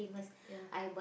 ya